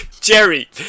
Jerry